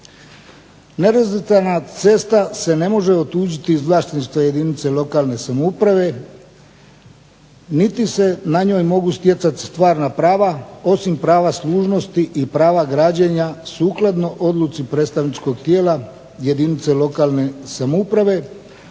Nerazvrstana cesta se ne može otuđiti iz vlasništva jedinica lokalne samouprave niti se na njoj mogu stjecati stvarna prava osim prava služnosti i prava građenja sukladno odluci predstavničkog tijela jedinice lokalne samouprave